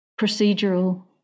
procedural